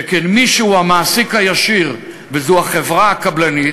שכן מי שהוא המעסיק הישיר, שזו החברה הקבלנית,